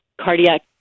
cardiac